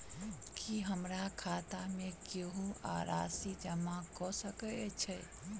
की हमरा खाता मे केहू आ राशि जमा कऽ सकय छई?